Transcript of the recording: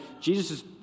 Jesus